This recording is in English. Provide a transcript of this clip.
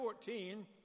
14